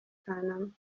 kanama